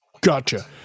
Gotcha